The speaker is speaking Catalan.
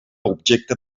objecte